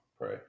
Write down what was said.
pray